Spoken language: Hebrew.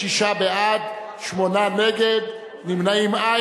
26 בעד, שמונה נגד, אין נמנעים.